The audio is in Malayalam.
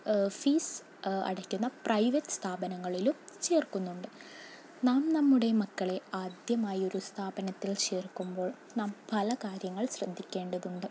ഫീസ് അടയ്ക്കുന്ന പ്രൈവറ്റ് സ്ഥാപനങ്ങളിലും ചേർക്കുന്നുണ്ട് നാം നമ്മുടെ മക്കളെ ആദ്യമായി ഒരു സ്ഥാപനത്തിൽ ചേർക്കുമ്പോൾ നാം പല കാര്യങ്ങൾ ശ്രദ്ധിക്കേണ്ടതുണ്ട്